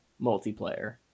multiplayer